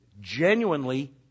genuinely